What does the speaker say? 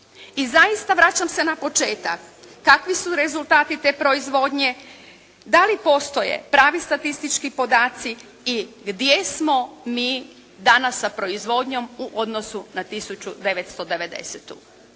I zaista vraćam se na početak. Kakvi su rezultati te proizvodnje? Da li postoje pravi statistički podaci i gdje smo mi danas sa proizvodnjom u odnosu na 1990.?